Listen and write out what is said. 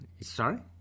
Sorry